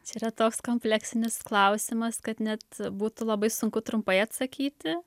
čia yra toks kompleksinis klausimas kad net būtų labai sunku trumpai atsakyti